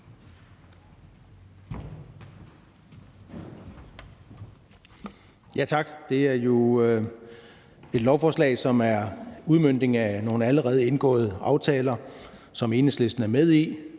Tak. Det er jo et lovforslag, som er en udmøntning af nogle allerede indgåede aftaler, som Enhedslisten er med i.